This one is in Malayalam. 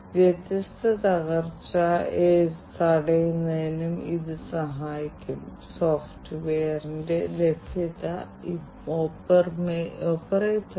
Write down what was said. അതിനാൽ ഈ വ്യത്യസ്ത മെഷീനുകളിൽ നിന്ന് സ്വയംഭരണാധികാരത്തോടെ ധാരാളം ഡാറ്റ ശേഖരിക്കുന്നതിനെക്കുറിച്ചാണ് നമ്മൾ ഇവിടെ സംസാരിക്കുന്നത്